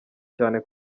cyane